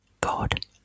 God